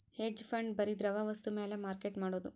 hedge fund ಬರಿ ದ್ರವ ವಸ್ತು ಮ್ಯಾಲ ಮಾರ್ಕೆಟ್ ಮಾಡೋದು